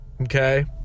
okay